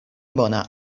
bona